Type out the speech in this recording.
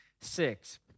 six